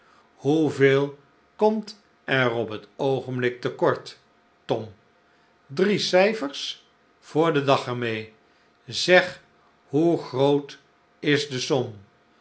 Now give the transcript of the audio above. hoeveel komt er op het oogenblik te kort tom drie cijfers voor den dag er mee zeg hoe groot is de som